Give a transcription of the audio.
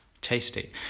Tasty